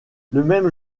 même